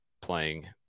playing